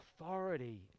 authority